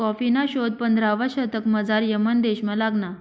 कॉफीना शोध पंधरावा शतकमझाऱ यमन देशमा लागना